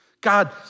God